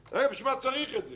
למה צריך את זה?